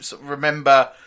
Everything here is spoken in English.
remember